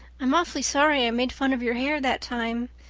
i'm awfully sorry i made fun of your hair that time.